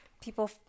people